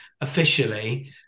officially